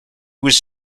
was